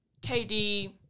KD